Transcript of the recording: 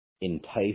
entice